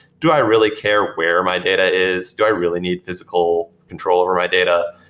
do i really care where my data is? do i really need physical control over my data?